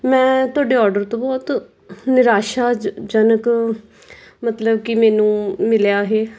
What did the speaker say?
ਮੈਂ ਤੁਹਾਡੇ ਆਰਡਰ ਤੋਂ ਬਹੁਤ ਨਿਰਾਸ਼ਾ ਜ ਜਨਕ ਮਤਲਬ ਕਿ ਮੈਨੂੰ ਮਿਲਿਆ ਇਹ